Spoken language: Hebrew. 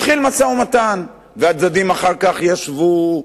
התחיל משא-ומתן, והצדדים אחר כך ישבו,